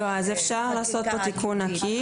לא, אז אפשר לעשות פה תיקון עקיף.